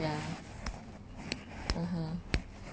ya (uh huh)